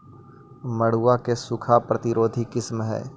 मड़ुआ के सूखा प्रतिरोधी किस्म हई?